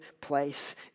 place